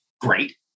great